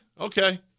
okay